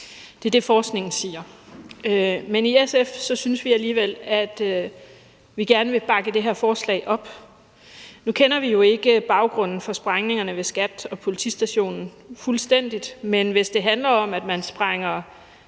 Det er det, forskningen siger. Men i SF synes vi alligevel, at vi gerne vil bakke det her forslag op. Nu kender vi jo ikke baggrunden for sprængningerne ved Skattestyrelsen og politistationen fuldstændig, men hvis det handler om, at man sprænger